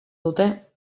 dute